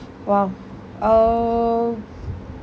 !wah! oh